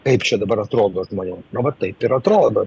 kaip čia dabar atrodo žmonėm nu va taip ir atrodo